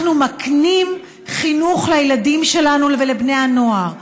אנחנו מקנים חינוך לילדים שלנו ולבני הנוער,